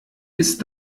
ist